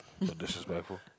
Disrespectful